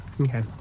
Okay